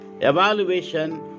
evaluation